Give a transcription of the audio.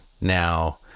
Now